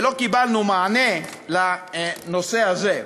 ולא קיבלנו מענה לנושא הזה.